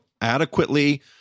adequately—